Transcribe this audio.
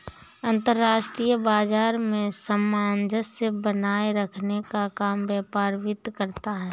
अंतर्राष्ट्रीय बाजार में सामंजस्य बनाये रखने का काम व्यापार वित्त करता है